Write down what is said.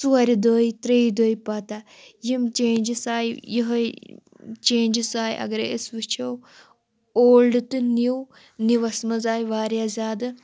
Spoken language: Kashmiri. ژورِ دۄہہِ ترٛیٚیہِ دۄہہِ پتہ یِم چینٛجِس آے یِہوٚے چینٛجِس آے اگرَے أسۍ وٕچھو اولڈ تہٕ نِو نِوَس منٛز آے واریاہ زیادٕ